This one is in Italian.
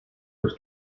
per